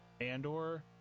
andor